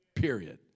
Period